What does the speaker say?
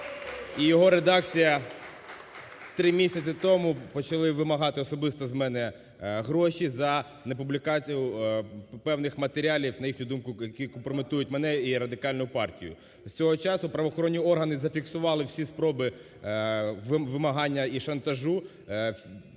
його редакція три місяці тому почали вимагати особисто з мене гроші за непублікацію певних матеріалів, на їхню думку, які компрометують мене і Радикальну партію. З цього часу правоохоронні органи зафіксували всі спроби вимагання і шантажу,